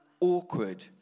awkward